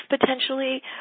potentially